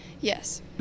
yes